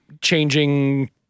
changing